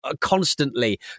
constantly